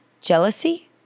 jealousy